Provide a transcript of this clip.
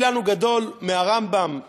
מי לנו גדול מהרמב"ם?